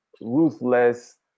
ruthless